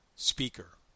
Speaker